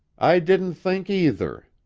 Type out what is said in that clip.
i didn't think, either.